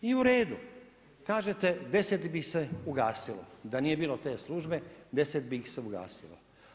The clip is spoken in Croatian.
I u redu, kažete 10 bi se ugasilo da nije bilo te službe, 10 bi ih se ugasilo.